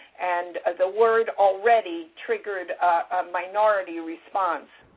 and the word already triggered a minority response.